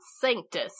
Sanctus